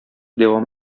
дәвам